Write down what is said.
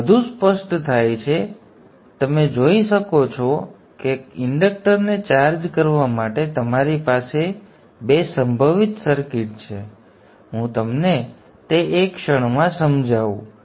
હવે તે વધુ સ્પષ્ટ થાય છે તમે જુઓ છો કે ઇન્ડક્ટરને ચાર્જ કરવા માટે તમારી પાસે 2 સંભવિત સર્કિટ છે ચાલો હું તમને તે એક ક્ષણમાં સમજાવું